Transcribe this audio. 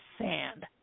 sand